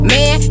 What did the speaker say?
Man